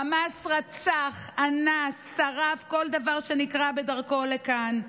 חמאס רצח, אנס, שרף כל דבר שנקרה בדרכו לכאן.